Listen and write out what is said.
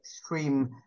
extreme